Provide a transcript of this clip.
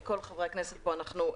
כל חברי הכנסת כאן,